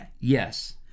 Yes